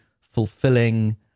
fulfilling